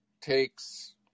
takes